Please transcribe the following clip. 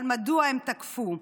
אבל מדוע הם תקפו.